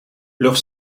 leur